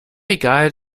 egal